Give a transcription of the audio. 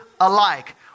alike